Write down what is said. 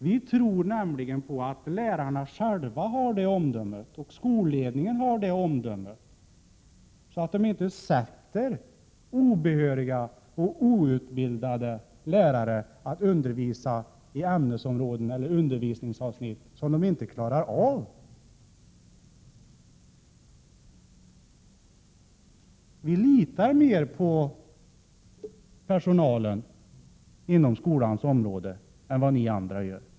Vi tror nämligen att lärarna själva har det omdömet och att skolledningen har det omdömet, att de inte sätter obehöriga och outbildade lärare att undervisa inom ämnesområden eller undervisningsavsnitt som de inte klarar av. Vi litar mer på personalen inom skolans område än vad ni andra gör.